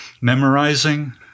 memorizing